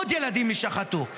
עוד ילדים יישחטו.